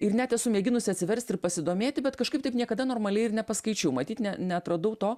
ir net esu mėginusi atsiversti ir pasidomėti bet kažkaip taip niekada normaliai ir nepaskaičiau matyt ne neatradau to